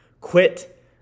quit